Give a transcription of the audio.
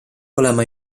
oleme